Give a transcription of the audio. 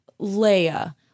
Leia